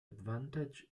advantage